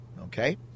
Okay